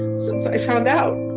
and since i found out,